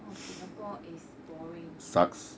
orh singapore is boring